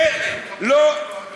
את זה לא מצאתי.